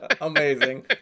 Amazing